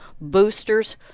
boosters